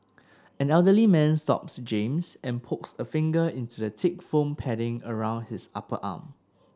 an elderly man stops James and pokes a finger into the thick foam padding around his upper arm